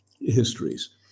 histories